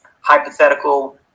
hypothetical